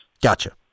Gotcha